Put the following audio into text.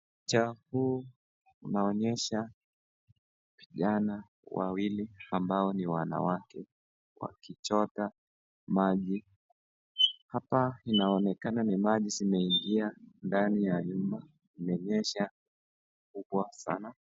Uchafu unaonyesha vijana wawili ambao ni wanawake wakichota maji. Hapa inaonekana ni maji zimeingia ndani ya nyumba kumenyesha kubwa sana.